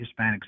Hispanics